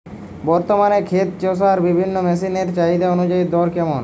বর্তমানে ক্ষেত চষার বিভিন্ন মেশিন এর চাহিদা অনুযায়ী দর কেমন?